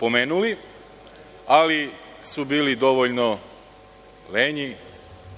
Pomenuli, ali su bili dovoljno lenji